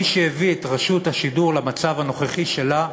מי שהביא את רשות השידור למצב הנוכחי שלה,